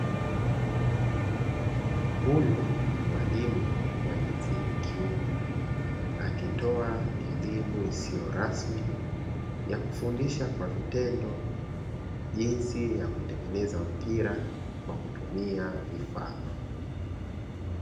Huyu ni mwalimu wa jinsia ya kiume, akitoa elimu isio rasmi ya kufundisha kwa vitendo jinsi ya kutengeneza mpira kwa kutumia vifaa.